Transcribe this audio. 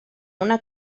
una